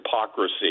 hypocrisy